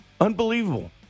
Unbelievable